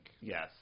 Yes